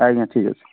ଆଜ୍ଞା ଠିକ ଅଛି